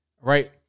Right